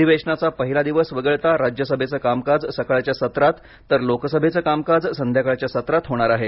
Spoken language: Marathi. अधिवेशनाचा पहिला दिवस वगळता राज्यसभेचं कामकाज सकाळच्या सत्रात तर लोकसभेचं कामकाज संध्याकाळच्या सत्रात होणार आहे